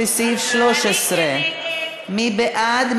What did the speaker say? לסעיף 13. מי בעד?